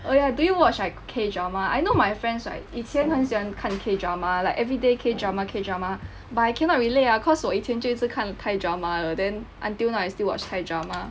oh ya do you watch like K drama I know my friends right 以前很喜欢看 K drama like everyday K drama K drama but I cannot relate lah cause 我以前就一直看 thai drama 的 then until now I still watch thai drama